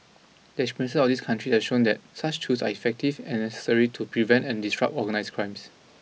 the experience of these country have shown that such tools are effective and necessary to prevent and disrupt organised crimes